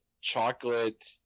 Chocolate